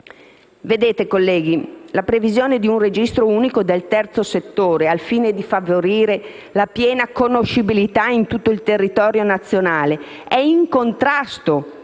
Vedete colleghi, la previsione di un registro unico del terzo settore al fine di favorire la piena conoscibilità in tutto il territorio nazionale è in contrasto